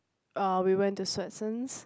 uh we went to Swensen's